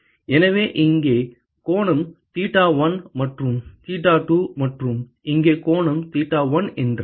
எனவே இங்கே கோணம் தீட்டா1 மற்றும் தீட்டா2 மற்றும் இங்கே கோணம் தீட்டா1 என்றால்